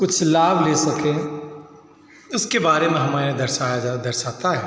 कुछ लाभ ले सकें उसके बारे में हमें दर्शाया जा दर्शाता है